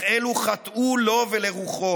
אך אלו חטאו לו ולרוחו.